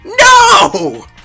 No